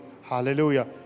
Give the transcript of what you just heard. hallelujah